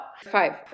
five